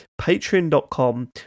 Patreon.com